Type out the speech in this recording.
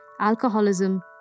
alcoholism